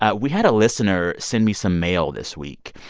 ah we had a listener send me some mail this week.